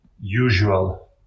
usual